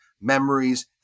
memories